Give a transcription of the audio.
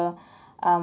um